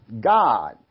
God